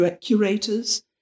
curators